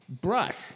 brush